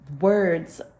words